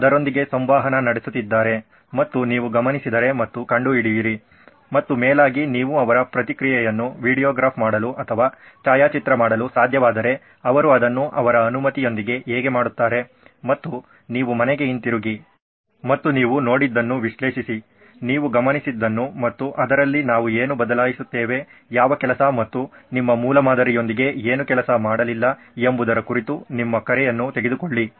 ಅವರು ಅದರೊಂದಿಗೆ ಸಂವಹನ ನಡೆಸುತ್ತಿದ್ದರೆ ಮತ್ತು ನೀವು ಗಮನಿಸಿದರೆ ಮತ್ತು ಕಂಡುಹಿಡಿಯಿರಿ ಮತ್ತು ಮೇಲಾಗಿ ನೀವು ಅವರ ಪ್ರತಿಕ್ರಿಯೆಗಳನ್ನು ವಿಡಿಯೋಗ್ರಾಫ್ ಮಾಡಲು ಅಥವಾ ಛಾಯಾಚಿತ್ರ ಮಾಡಲು ಸಾಧ್ಯವಾದರೆ ಅವರು ಅದನ್ನು ಅವರ ಅನುಮತಿಯೊಂದಿಗೆ ಹೇಗೆ ಮಾಡುತ್ತಾರೆ ಮತ್ತು ನೀವು ಮನೆಗೆ ಹಿಂತಿರುಗಿ ಮತ್ತು ನೀವು ನೋಡಿದ್ದನ್ನು ವಿಶ್ಲೇಷಿಸಿ ನೀವು ಗಮನಿಸಿದ್ದನ್ನು ಮತ್ತು ಇದರಲ್ಲಿ ನಾವು ಏನು ಬದಲಾಯಿಸುತ್ತೇವೆ ಯಾವ ಕೆಲಸ ಮತ್ತು ನಿಮ್ಮ ಮೂಲಮಾದರಿಯೊಂದಿಗೆ ಏನು ಕೆಲಸ ಮಾಡಲಿಲ್ಲ ಎಂಬುದರ ಕುರಿತು ನಿಮ್ಮ ಕರೆಯನ್ನು ತೆಗೆದುಕೊಳ್ಳಿ